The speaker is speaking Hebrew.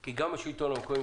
כי גם השלטון המקומי,